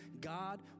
God